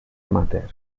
amateur